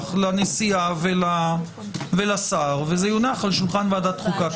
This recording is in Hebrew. לנשיאה ולשר וזה יונח על שולחן ועדת חוקה.